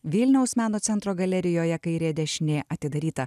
vilniaus meno centro galerijoje kairė dešinė atidaryta